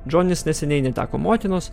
džonis neseniai neteko motinos